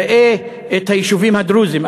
ראה את היישובים הדרוזיים,